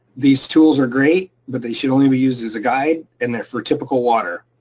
these tools are great, but they should only be used as a guide and they're for typical water.